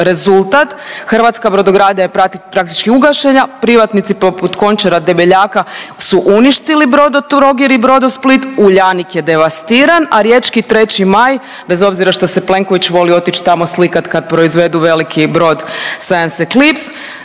Rezultat, hrvatska brodogradnja je praktički ugašena, privatnici poput Končara, Debeljaka su uništili Brodotrogir i Brodsplit, Uljanik je devastiran, a riječki 3. maj bez obzira što se Plenković voli otić tamo slikat kad proizvedu veliki brod Scenic Eclipse,